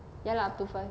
ya lah up to five